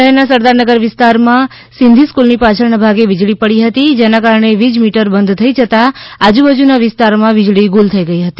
શહેરના સરદારનગર વિસ્તારમાં સિંધી સ્ફૂલની પાછળના ભાગે વીજળી પડી હતી જેના કારણે વીજ મીટર બંધ થઈ જતાં આજુબાજુના વિસ્તારમાં વીજળી ગુલ થઇ ગઇ હતી